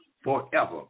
forever